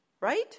right